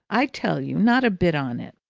i tell you, not a bit on it!